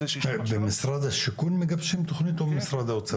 במשרד השיכון מגבשים תכנית או במשרד האוצר?